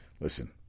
Listen